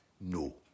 No